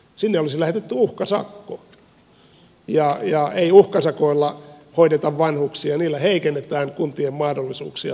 sinne olisi lähetetty uhkasakko ja ei uhkasakoilla hoideta vanhuksia niillä heikennetään kuntien mahdollisuuksia hoitaa vanhuksia